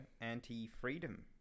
Anti-freedom